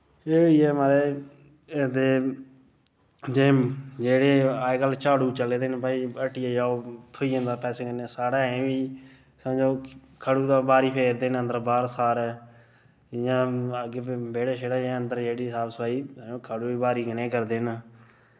एह् होई गे माराज एह्दे जिम जेह्ड़े अजकल झाड़ू चले दे न भाई हट्टिये जाओ थ्होई जंदा पैसें कन्नै साढ़े अजें बी समझो खड़ु दी बाह्री फेरदे न अंदर बाह्र सारे इ'यां अग्गें बेह्ड़े शेड़े जां अंदर जेह्ड़ी साफ सफाई खड़ु दी बाह्री कन्नै ई करदे न